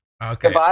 Okay